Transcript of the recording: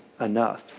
enough